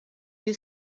più